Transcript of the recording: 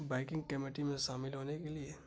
biking committee میں شامل ہونے کے لیے